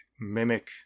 mimic